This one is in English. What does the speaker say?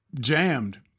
jammed